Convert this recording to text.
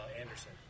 Anderson